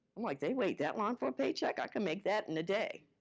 i'm like, they wait that long for a pay cheque? i can make that in a day.